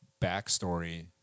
backstory